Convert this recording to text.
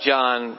John